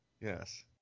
Yes